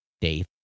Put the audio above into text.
Dave